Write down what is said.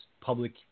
public